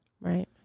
Right